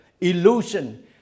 illusion